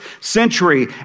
century